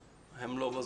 לנו.